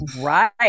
Right